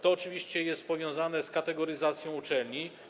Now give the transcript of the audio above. To oczywiście jest powiązane z kategoryzacją uczelni.